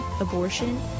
abortion